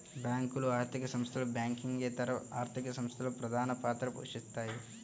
బ్యేంకులు, ఆర్థిక సంస్థలు, బ్యాంకింగేతర ఆర్థిక సంస్థలు ప్రధానపాత్ర పోషిత్తాయి